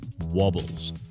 wobbles